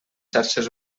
xarxes